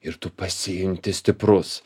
ir tu pasijunti stiprus